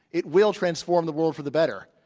it will transform the world for the better,